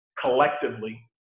collectively